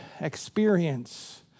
experience